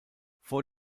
vor